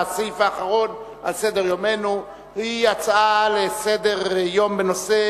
הסעיף האחרון על סדר-יומנו הוא הצעות לסדר-היום מס'